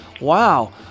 Wow